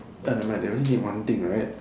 I nevermind they only need one thing right